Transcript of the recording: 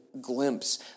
glimpse